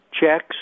checks